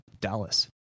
Dallas